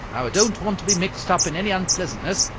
i don't want to be mixed up in any unpleasantness,